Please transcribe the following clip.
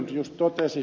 nylund juuri totesi